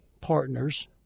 partners